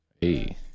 Hey